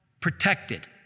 protected